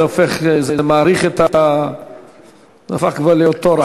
זה מאריך והופך כבר להיות טורח.